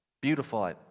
Beautiful